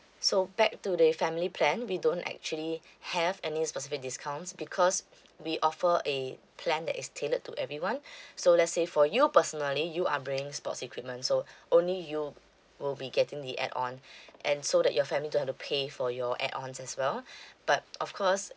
so back to the family plan we don't actually have any specific discounts because we offer a plan that is tailored to everyone so let's say for you personally you are bringing sports equipment so only you will be getting the add on and so that your family don't have to pay for your add ons as well but of course